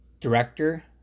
Director